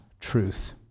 truth